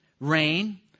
rain